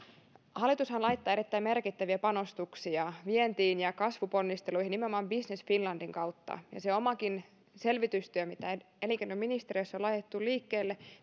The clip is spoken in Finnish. hallitushan laittaa erittäin merkittäviä panostuksia vientiin ja ja kasvuponnisteluihin nimenomaan business finlandin kautta ja se omakin selvitystyö mitä elinkeinoministeriössä on laitettu liikkeelle